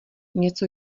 něco